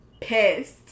pissed